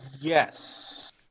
Yes